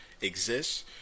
exists